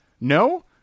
No